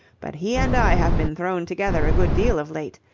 but he and i have been thrown together a good deal of late.